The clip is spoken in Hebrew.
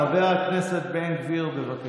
חבר הכנסת בן גביר, בבקשה.